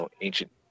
ancient